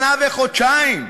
שנה וחודשיים.